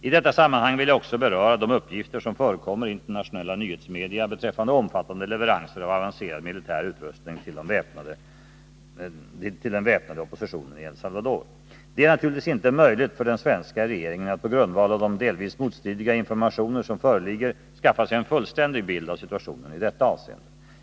I detta sammanhang vill jag också beröra de uppgifter som förekommer i internationella nyhetsmedia beträffande omfattande leveranser av avancerad militär utrustning till den väpnade oppositionen i El Salvador. Det är naturligtvis inte möjligt för den svenska regeringen att på grundval av de delvis motstridiga informationer som föreligger skaffa sig en fullständig bild av situationen i detta avseende.